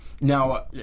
Now